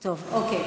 טוב, אוקיי.